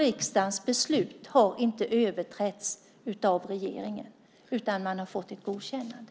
Riksdagens beslut har inte överträtts av regeringen, utan man har fått ett godkännande.